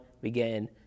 began